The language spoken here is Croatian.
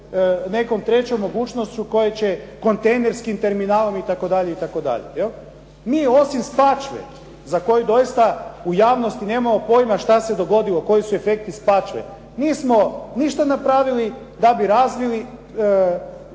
nekom trećom mogućnošću koja će kontejnerskim terminalom itd. Mi osim "Spačve" za koju doista u javnosti nemamo pojma što se dogodilo koji su efekti "Spačve" nismo ništa napravili da bi razvili